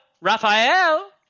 Raphael